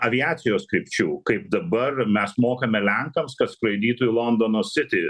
aviacijos krypčių kaip dabar mes mokame lenkams kad skraidytų į londono sitį